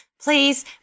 please